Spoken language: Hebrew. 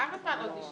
כמה זמן עוד נשאר לו?